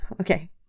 Okay